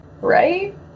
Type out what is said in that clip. right